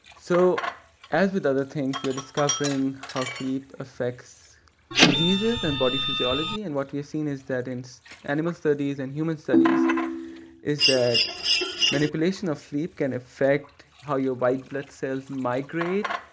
so as with other things, we are discovering how sleep affects diseases and body physiology. and what we're seeing is that in animal studies and human studies is that manipulation of sleep can affect how your white blood cells migrate,